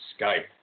Skype